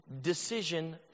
decision